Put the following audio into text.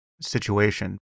Situation